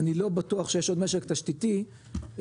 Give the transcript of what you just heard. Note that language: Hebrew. אני לא בטוח שיש עוד משק תשתיתי שהתעריף